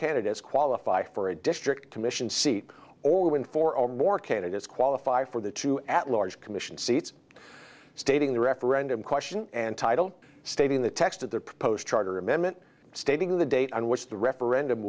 candidates qualify for a district commission seat or when four or more candidates qualify for the two at large commission seats stating the referendum question and title stating the text of their proposed charter amendment stating the date on which the referendum